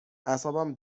اعصابم